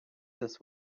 this